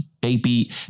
baby